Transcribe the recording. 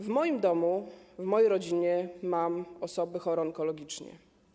W moim domu, w mojej rodzinie są osoby chore onkologicznie.